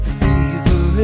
fever